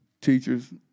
Teachers